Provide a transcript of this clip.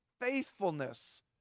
faithfulness